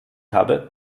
habe